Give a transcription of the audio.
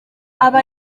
aba